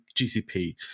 GCP